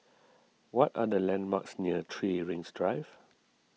what are the landmarks near three Rings Drive